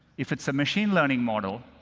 if it's a machine learning model,